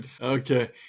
Okay